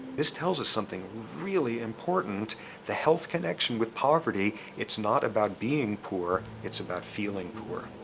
this tells us something really important the health connection with poverty it's not about being poor, it's about feeling poor.